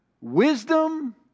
wisdom